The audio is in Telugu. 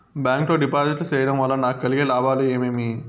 బ్యాంకు లో డిపాజిట్లు సేయడం వల్ల నాకు కలిగే లాభాలు ఏమేమి?